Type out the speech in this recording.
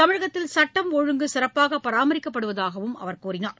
தமிழகத்தில் சட்டம் ஒழுங்கு சிறப்பாகபராமரிக்கப்படுவதாகவும் அவர் கூறினார்